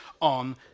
on